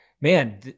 Man